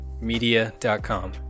media.com